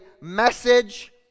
message